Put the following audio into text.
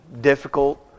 difficult